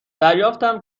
دریافتم